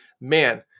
man